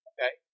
Okay